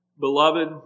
Beloved